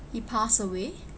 he passed away